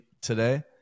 today